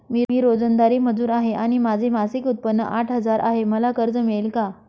मी रोजंदारी मजूर आहे आणि माझे मासिक उत्त्पन्न आठ हजार आहे, मला कर्ज मिळेल का?